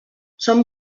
són